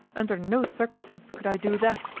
under no circumstances could i do that.